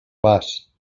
vas